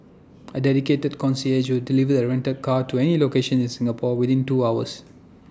A dedicated concierge deliver the rented car to any location in Singapore within two hours